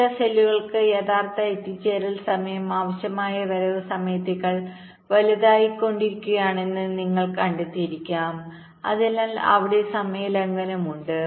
ചില സെല്ലുകൾക്ക് യഥാർത്ഥ എത്തിച്ചേരൽ സമയം ആവശ്യമായ വരവ് സമയത്തേക്കാൾ വലുതായിക്കൊണ്ടിരിക്കുകയാണെന്ന് നിങ്ങൾ കണ്ടെത്തിയേക്കാം അതിനാൽ അവിടെ സമയ ലംഘനം ഉണ്ട്